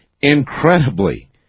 Incredibly